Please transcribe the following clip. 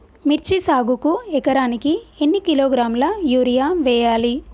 మిర్చి సాగుకు ఎకరానికి ఎన్ని కిలోగ్రాముల యూరియా వేయాలి?